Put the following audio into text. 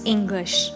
English